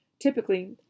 Typically